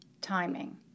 timing